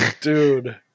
dude